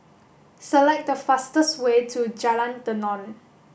select the fastest way to Jalan Tenon